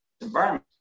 environment